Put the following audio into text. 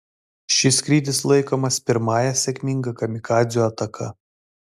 šis skrydis laikomas pirmąja sėkminga kamikadzių ataka